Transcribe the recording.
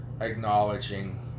acknowledging